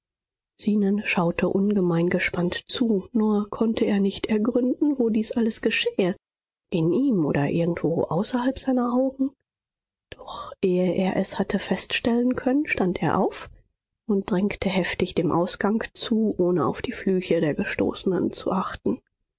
zenon schaute ungemein gespannt zu nur konnte er nicht ergründen wo dies alles geschähe in ihm oder irgendwo außerhalb seiner augen doch ehe er es hatte feststellen können stand er auf und drängte heftig dem ausgang zu ohne auf die flüche der gestoßenen zu achten